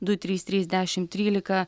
du trys trys dešim trylika